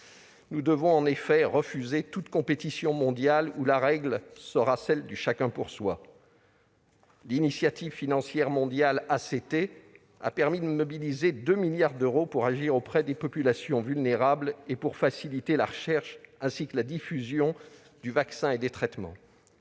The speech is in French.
Nous devons en effet refuser toute compétition mondiale où la règle serait celle du chacun pour soi. L'initiative financière mondiale ACT a permis de mobiliser 2 milliards d'euros pour agir auprès des populations vulnérables et faciliter la recherche, ainsi que la diffusion du vaccin et des traitements.